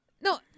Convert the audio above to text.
No